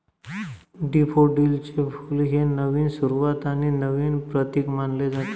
डॅफोडिलचे फुल हे नवीन सुरुवात आणि नवीन प्रतीक मानले जाते